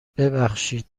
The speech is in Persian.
ببخشید